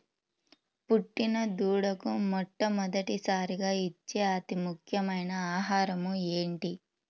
పుట్టిన దూడకు మొట్టమొదటిసారిగా ఇచ్చే అతి ముఖ్యమైన ఆహారము ఏంటి?